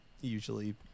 usually